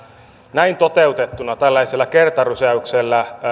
näin toteutettuna tällaisella kertarysäyksellä